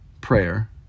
prayer